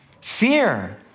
Fear